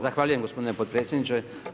Zahvaljujem gospodine potpredsjedniče.